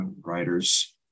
writers